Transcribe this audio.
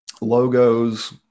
logos